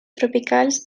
tropicals